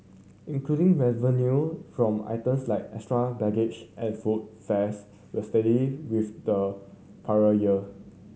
including revenue from items like extra baggage and food fares were steady with the prior year